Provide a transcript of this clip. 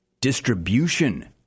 distribution